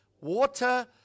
water